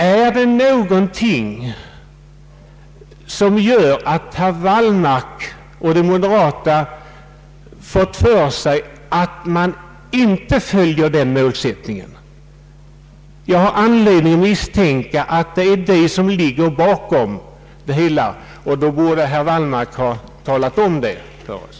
är det någonting som gör att herr Wallmark och de moderata fått för sig att man inte har den målsättningen? Jag har anledning misstänka det, och den saken borde herr Wallmark ha talat om för Oss.